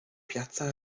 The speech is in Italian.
piazza